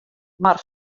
mar